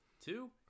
two